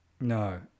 no